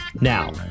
now